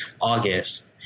August